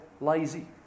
lazy